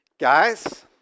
Guys